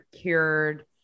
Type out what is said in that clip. cured